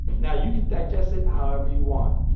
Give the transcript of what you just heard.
now, you can digest it however you want.